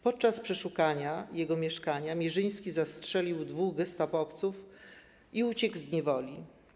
Podczas przeszukania jego mieszkania Mierzyński zastrzelił dwóch gestapowców i uciekł z niewoli.